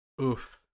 Oof